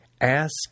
Ask